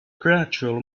gradual